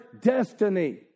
destiny